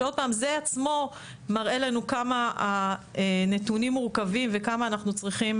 שזה עצמו מראה לנו כמה הנתונים מורכים וכמה אנחנו צריכים